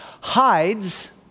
hides